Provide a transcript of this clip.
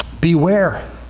Beware